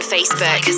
Facebook